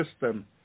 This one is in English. system